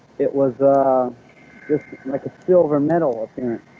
it was just like a silver metal appearance